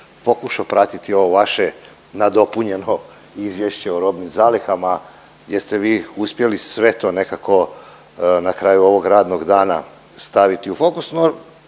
pokušao pratiti ovo vaše nadopunjeno izvješće o robnim zalihama gdje ste vi uspjeli sve to nekako na kraju ovog radnog dana staviti u fokus,